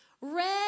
Red